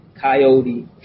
coyote